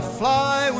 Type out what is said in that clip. fly